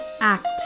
act